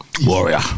Warrior